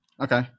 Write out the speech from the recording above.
Okay